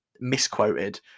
misquoted